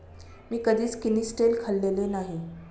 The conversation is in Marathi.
मी कधीच किनिस्टेल खाल्लेले नाही